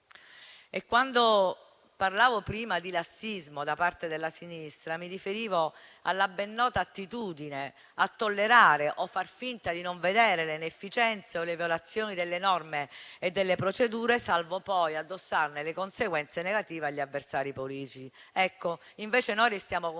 Quando parlavo prima di lassismo da parte della sinistra, mi riferivo alla ben nota attitudine a tollerare o a far finta di non vedere le inefficienze o le violazioni delle norme e delle procedure, salvo poi addossarne le conseguenze negative agli avversari politici. Invece noi restiamo convinti del